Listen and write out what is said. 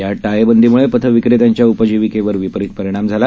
या ताळेबंदीमुळे पथविक्रेत्यांच्या उपजीविकेवर विपरीत परिणाम झाला